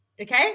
okay